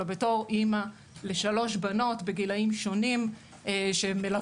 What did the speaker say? אלא בתור אמא לשלוש בנות בגילאים שונים שמלוות